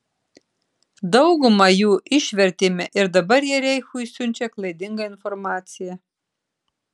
daugumą jų išvertėme ir dabar jie reichui siunčia klaidingą informaciją